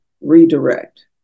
redirect